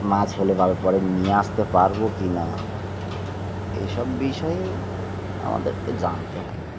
মাছ ফেলে ভালো পরে নিয়ে আসতে পারবো কি না এইসব বিষয়ে আমাদেরকে জানতে হয়